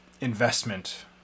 investment